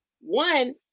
one